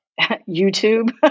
YouTube